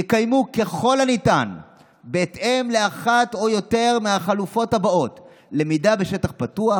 יתקיימו ככל הניתן בהתאם לאחת או יותר מהחלופות הבאות: למידה בשטח פתוח